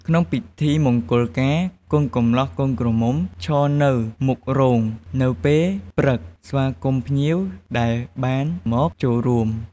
ក្នុងពិធីមង្គលការ កូនកម្លោះកូនក្រមុំ ឈរនៅមុខរោងនៅពេលព្រឹកស្វាគមន៍ភ្ញៀវដែលបានមកចូលរួម។